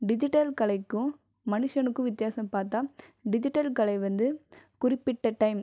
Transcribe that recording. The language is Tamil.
டிஜிட்டல் கலைக்கும் மனுஷனுக்கும் வித்தியாசம் பார்த்தா டிஜிட்டல் கலை வந்து குறிப்பிட்ட டைம்